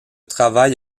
travail